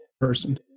person